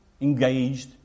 engaged